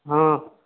हँ